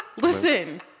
listen